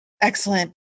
excellent